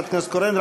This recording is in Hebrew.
חברת הכנסת קורן,